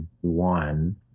one